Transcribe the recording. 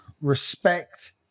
Respect